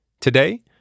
Today